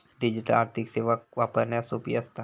digital आर्थिक सेवा वापरण्यास सोपी असता